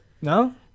No